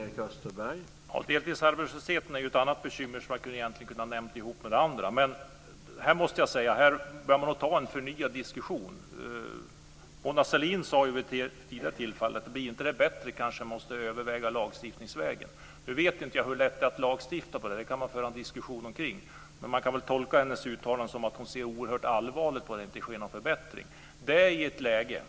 Herr talman! Deltidsarbetslösheten är ett annat bekymmer som man egentligen kunde ha nämnt ihop med de andra. Här bör man nog föra en förnyad diskussion. Mona Sahlin sade vid ett tidigare tillfälle att om det inte blir bättre måste vi kanske överväga att lagstifta. Nu vet jag inte hur lätt det är att lagstifta om detta. Det kan man föra en diskussion om. Men man kan väl tolka hennes uttalande så att hon ser oerhört allvarligt på detta om det inte sker någon förbättring.